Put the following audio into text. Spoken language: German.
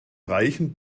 reichen